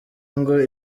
ngo